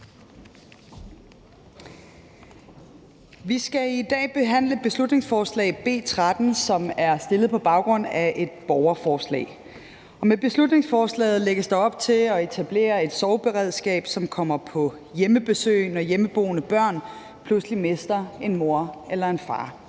Vi skal i dag behandle beslutningsforslag B 13, som er fremsat på baggrund af et borgerforslag. Med beslutningsforslaget lægges der op til at etablere et sorgberedskab, som kommer på hjemmebesøg, når hjemmeboende børn pludselig mister en mor eller en far.